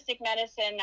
medicine